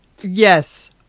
Yes